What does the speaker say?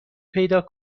پیدا